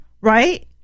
Right